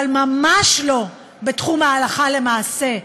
אבל ממש לא בתחום ההלכה למעשה,